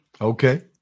Okay